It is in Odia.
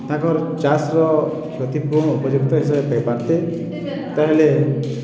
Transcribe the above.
ତାକର୍ ଚାଷ୍ର କ୍ଷତିପୂରଣ ଉପଯୁକ୍ତ ହିସାବେ ପାଇପାର୍ତେ ତାହେଲେ